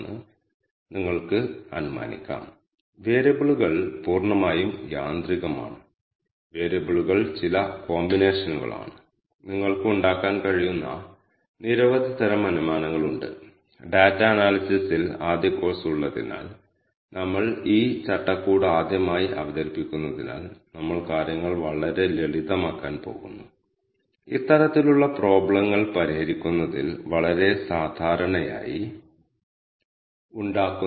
ഞാൻ ഈ command execute ചെയ്യുമ്പോൾ ട്രിപ്പ് വിശദാംശങ്ങൾ 7 വേരിയബിളുകളുടെ 91 നിരീക്ഷണങ്ങൾ ഉൾക്കൊള്ളുന്ന ഒരു ഡാറ്റ ഫ്രെയിമാണെന്നും 7 വേരിയബിളുകൾ ട്രിപ്പ് ദൈർഘ്യം പരമാവധി വേഗത ഏറ്റവും പതിവ് വേഗത തുടങ്ങിയവയാണെന്നും ഇത് കാണിക്കും